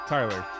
Tyler